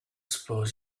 suppose